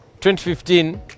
2015